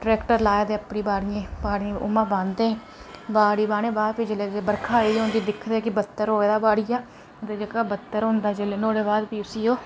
tractor लाया ते अपनी बाड़ियें पानी बांह्दे बाड़ी बाह्नें बाद जेल्लै बर्खा आई औंदी दिखदे कि बत्तर होए दा बाड़िया एद् जेह्का बत्तर होंदा जेल्लै नुआढ़ै बाद उसी ओह्